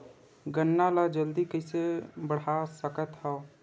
गन्ना ल जल्दी कइसे बढ़ा सकत हव?